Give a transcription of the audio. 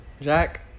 Jack